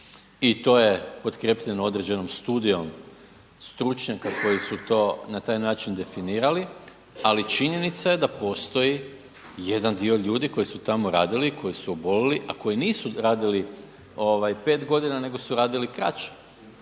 i to je potkrepljeno određenom studijom stručnjaka koji su to na taj način definirali, ali činjenica je da postoji jedan dio ljudi koji su tamo radili, koji su obolili, a koji nisu radili 5 godina nego su radili kraće